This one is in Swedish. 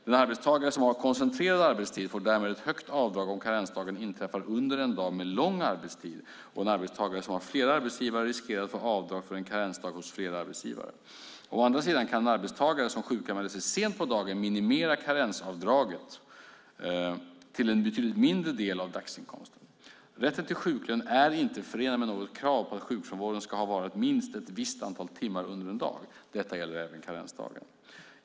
Den arbetstagare som har koncentrerad arbetstid får därmed ett högt avdrag om karensdagen inträffar under en dag med lång arbetstid och en arbetstagare som har flera arbetsgivare riskerar att få avdrag för en karensdag hos flera arbetsgivare. Å andra sidan kan en arbetstagare som sjukanmäler sig sent på dagen minimera karensavdraget till en betydligt mindre del av dagsinkomsten. Rätten till sjuklön är inte förenad med något krav på att sjukfrånvaron ska ha varat minst ett visst antal timmar under en dag. Detta gäller även karensdagen.